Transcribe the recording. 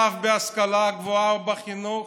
המצב בהשכלה הגבוהה ובחינוך,